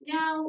Now